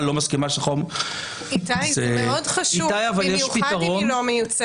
זה מאוד חשוב במיוחד אם היא לא מיוצגת,